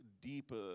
deeper